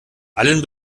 allen